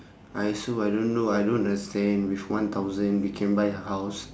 I also I don't know I don't understand with one thousand we can buy a house